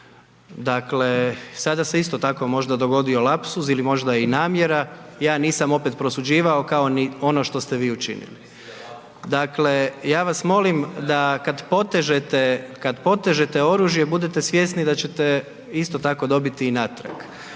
Dakle, sada se isto tako možda dogodio lapsus ili možda i namjera, ja nisam opet prosuđivao, kao ni ono što ste vi učinili. Dakle, ja vas molim da kad potežete, kad potežete oružje, budite svjesni da ćete isto tako dobiti i natrag,